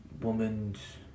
woman's